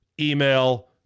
email